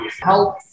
help